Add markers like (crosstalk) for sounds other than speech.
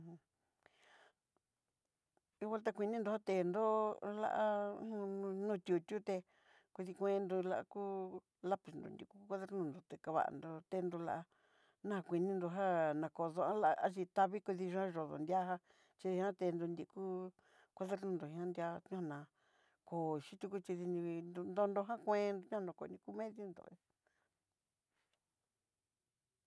Hungual té kuinindó nga tenró lá nó'o yú yuté kudi kuendó lá kú'u lapiz nru nriko kuadaku nrekavandó, tenró lá na kuii nindó já nakodo'a lá (hesitation) tavii kudiyá yodo nriá já chiñajan té nru nrí kúu, cuaderno já ná noná kó yitú yutidii kutidí ñoí nrodo já kuen ñanoko ko mediendonre.